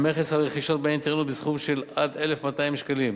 המכס על רכישות באינטרנט בסכום של עד 1,200 שקלים.